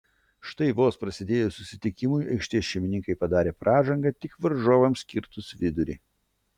štai vos prasidėjus susitikimui aikštės šeimininkai padarė pražangą tik varžovams kirtus vidurį